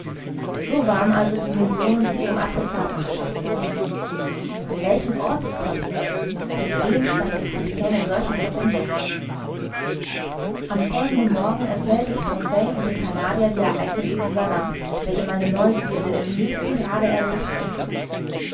so waren also die millionen zu ihrem adressaten geschafft worden an welchen ort des continents mit wem stand der kapitän in solcher verbindung am folgenden morgen erzählte ich conseil und dem canadier die ereignisse dieser nacht welche meine neugierde im höchsten grade erregt hatten